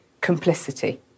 complicity